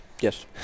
Yes